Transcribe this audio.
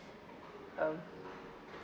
um